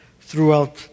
throughout